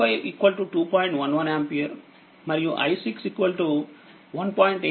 11ఆంపియర్మరియుi61